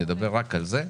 נדבר רק על זה.